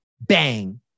bang